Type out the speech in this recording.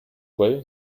way